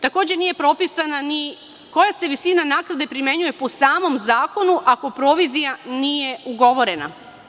Takođe, nije propisana ni koja se visina naknade primenjuje po samom zakonu ako provizija nije ugovorena.